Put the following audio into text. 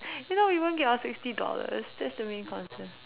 if not we won't get our sixty dollars that's the main concern